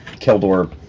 Keldor